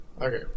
Okay